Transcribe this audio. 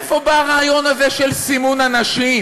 מאיפה בא הרעיון הזה של סימון אנשים?